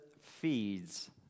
feeds